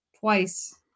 twice